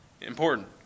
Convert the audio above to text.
important